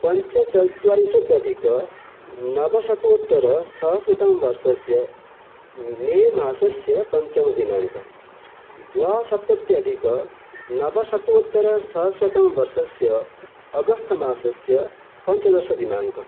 पञ्चचत्वारिंशदधिक नवशतोत्तरसहस्रतमवर्षस्य मे मासस्य पञ्चमदिनाङ्कः द्विसप्तत्यधिकनवशतोत्तरसहस्रतमवर्षस्य अगस्त मासस्य पञ्चदशदिनाङ्कः